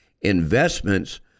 investments